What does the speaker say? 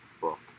book